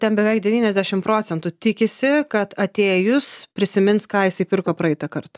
ten beveik devyniasdešim procentų tikisi kad atėjus prisimins ką jisai pirko praeitą kartą